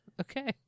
Okay